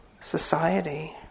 society